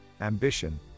ambition